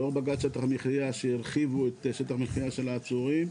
לאור שהרחיבו את שטח המחיה של העצורים,